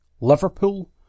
Liverpool